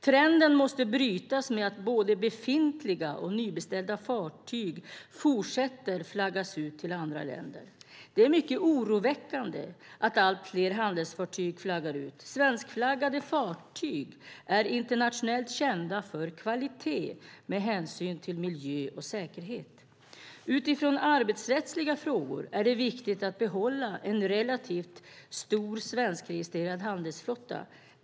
Trenden med att både befintliga och nybeställda fartyg fortsätter att flaggas ut till andra länder måste brytas. Det är mycket oroväckande att allt fler handelsfartyg flaggar ut. Svenskflaggade fartyg är internationellt kända för kvalitet med hänsyn till miljö och säkerhet. Utifrån arbetsrättsliga synpunkter är det viktigt att behålla en relativt stor svenskregistrerad handelsflotta.